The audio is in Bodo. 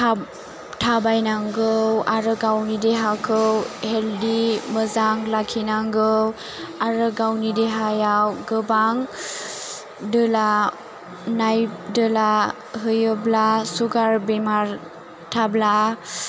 थाब थाबाय नांगौ आरो गावनि देहाखौ हेल्डि मोजां लाखिनांगौ आरो गावनि देहायाव गोबां दोलानाय दोला होयोब्ला सुगार बेमार थाब्ला